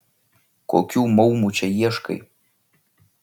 kokių maumų čia ieškai